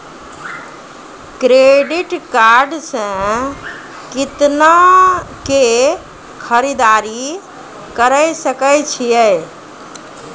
Credit card से कितना के खरीददारी करे सकय छियै?